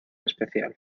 especial